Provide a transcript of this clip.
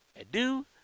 adieu